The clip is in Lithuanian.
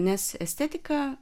nes estetika